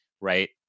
right